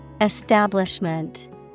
Establishment